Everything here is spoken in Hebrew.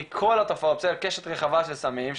מכל הקשת הרחבה של הסמים,